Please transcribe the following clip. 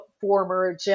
former